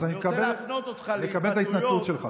אני מקבל את ההתנצלות שלך.